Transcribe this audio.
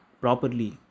properly